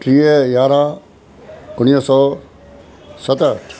टीह यारहां उणिवीह सौ सतहठि